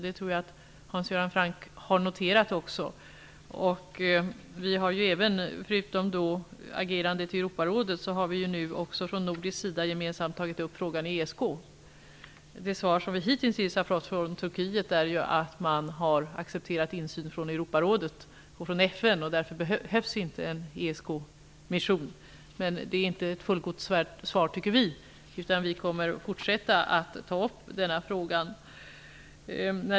Det tror jag att Hans Göran Franck också har noterat. Förutom agerandet i Europarådet har vi från Norden gemensamt tagit upp frågan i ESK. Det svar som Turkiet hittills har gett är att man har accepterat insyn från Europarådet och FN, och därför behövs det inte någon ESK-mission. Men vi tycker inte att detta är ett fullgott svar. Vi kommer att fortsätta att ta upp denna fråga.